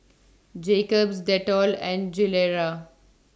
Jacob's Dettol and Gilera